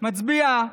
מצביעה,